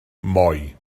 moi